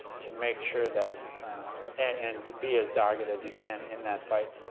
to make sure that and be as dogged as you can in that fight,